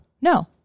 No